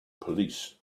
police